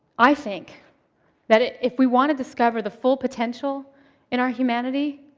i think that if we want to discover the full potential in our humanity,